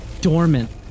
dormant